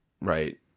Right